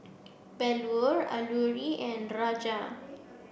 Bellur Alluri and Raja